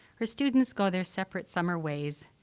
her students go their separate summer ways,